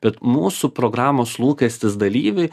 bet mūsų programos lūkestis dalyviui